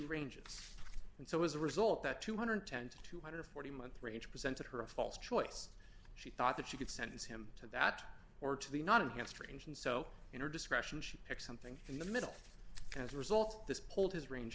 ranges and so as a result that two hundred and ten to two hundred and forty month range presented her a false choice she thought that she could sentence him to that or to the not against range and so in her discretion she picks something in the middle as a result this pulled his range